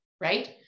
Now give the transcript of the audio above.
right